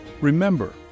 Remember